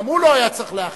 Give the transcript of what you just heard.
גם הוא לא היה צריך לאחר,